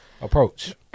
approach